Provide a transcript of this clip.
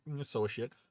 Associate